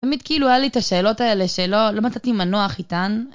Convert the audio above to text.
תמיד כאילו היה לי את השאלות האלה שלו, לא מצאתי מנוח איתן.